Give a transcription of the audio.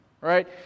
right